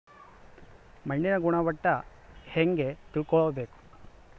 ಮಣ್ಣಿನ ಗುಣಮಟ್ಟ ಹೆಂಗೆ ತಿಳ್ಕೊಬೇಕು?